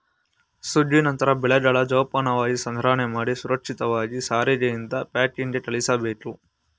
ಸುಗ್ಗಿ ನಂತ್ರ ಬೆಳೆಗಳನ್ನ ಜೋಪಾನವಾಗಿ ಸಂಗ್ರಹಣೆಮಾಡಿ ಸುರಕ್ಷಿತವಾಗಿ ಸಾರಿಗೆಯಿಂದ ಪ್ಯಾಕಿಂಗ್ಗೆ ಕಳುಸ್ಬೇಕು